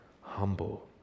Humble